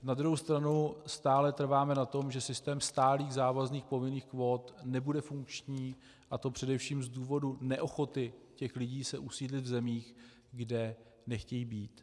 Na druhou stranu stále trváme na tom, že systém stálých závazných povinných kvót nebude funkční, a to především z důvodu neochoty těch lidí se usídlit v zemích, kde nechtějí být.